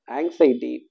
anxiety